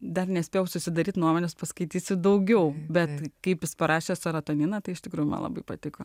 dar nespėjau susidaryti nuomonės paskaitysiu daugiau bet kai jis parašė serotoniną tai iš tikrųjų man labai patiko